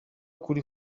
kuri